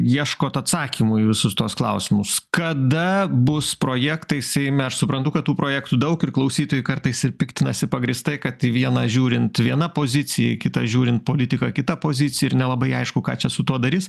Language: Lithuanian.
ieškot atsakymų į visus tuos klausimus kada bus projektai seime aš suprantu kad tų projektų daug ir klausytojai kartais ir piktinasi pagrįstai kad į vieną žiūrint viena pozicija į kitą žiūrint politiką kita pozicija ir nelabai aišku ką čia su tuo darys